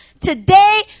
today